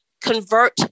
convert